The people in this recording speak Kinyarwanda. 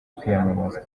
kwiyamamaza